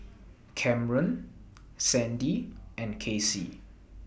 Kamren Sandie and Casey